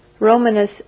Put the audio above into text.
Romanus